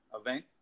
event